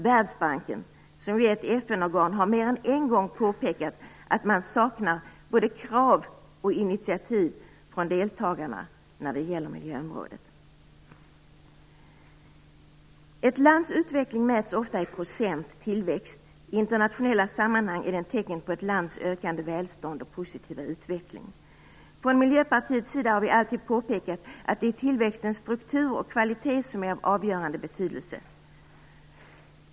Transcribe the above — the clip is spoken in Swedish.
Världsbanken, som ju är ett FN-organ, har mer än en gång påpekat att man saknar både krav och initiativ från deltagarna när det gäller miljömålet. Ett lands utveckling mäts ofta i tillväxt i procent. I internationella sammanhang är detta tecken på ett lands ökande välstånd och positiva utveckling. Från Miljöpartiets sida har vi alltid påpekat att det är tillväxtens struktur och kvalitet som är av avgörande betydelse.